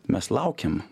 mes laukėm